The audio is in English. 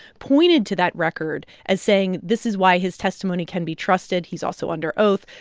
pointed to that record as saying, this is why his testimony can be trusted. he's also under oath.